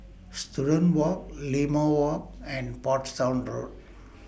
Student Walk Limau Walk and Portsdown Road